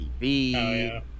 tv